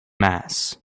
mass